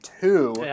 Two